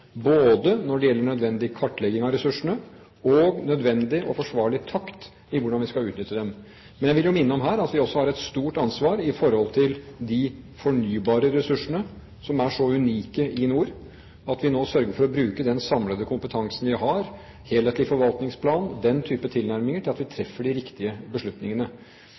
både når det gjelder nødvendig kartlegging av ressursene, og nødvendig og forsvarlig takt i forhold til hvordan vi skal utnytte dem. Men jeg vil jo minne om at vi også har et stort ansvar for de fornybare ressursene som er så unike i nord – at vi nå sørger for å bruke den samlede kompetansen vi har, en helhetlig forvaltningsplan og den type tilnærminger, slik at vi treffer de riktige beslutningene.